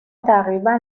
تقریبا